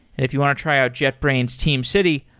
if you want to try out jetbrains teamcity,